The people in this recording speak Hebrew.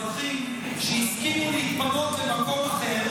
חבל שאת שוכחת שלאזרחים שהסכימו להתפנות למקום אחר